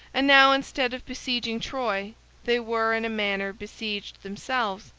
and now instead of besieging troy they were in a manner besieged themselves,